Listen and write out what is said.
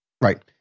right